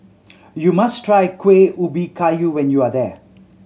you must try Kueh Ubi Kayu when you are there